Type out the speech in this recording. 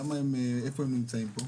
איפה הם נמצאים פה?